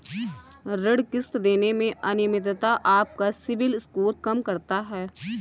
ऋण किश्त देने में अनियमितता आपका सिबिल स्कोर कम करता है